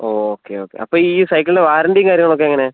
okay okay അപ്പോൾ ഈ സൈക്കിളിന് വാറണ്ടിയും കാര്യങ്ങളൊക്കെ എങ്ങനെ